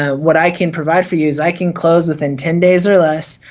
ah what i can provide for you is i can close within ten days or less,